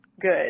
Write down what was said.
good